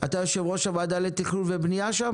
אתה יושב-ראש הוועדה לתכנון ובנייה שם?